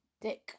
Dick